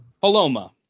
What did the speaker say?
Paloma